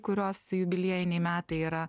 kurios jubiliejiniai metai yra